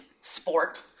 sport